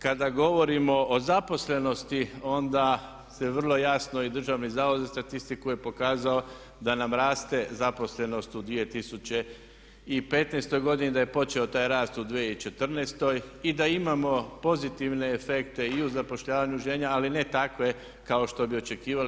Kada govorimo o zaposlenosti onda se vrlo jasno i Državni zavod za statistiku je pokazao da nam raste zaposlenost u 2015. godini, da je počeo taj rast u 2014. i da imamo pozitivne efekte i u zapošljavanju žena, ali ne takve kao što bi očekivali.